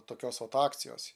tokios atakcijos